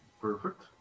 Perfect